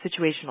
situational